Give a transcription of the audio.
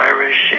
Irish